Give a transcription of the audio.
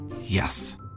Yes